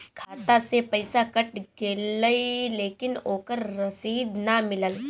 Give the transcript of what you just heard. खाता से पइसा कट गेलऽ लेकिन ओकर रशिद न मिलल?